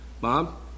Bob